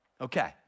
Okay